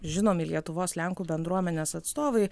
žinomi lietuvos lenkų bendruomenės atstovai